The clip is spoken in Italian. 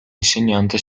insegnante